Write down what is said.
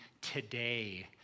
today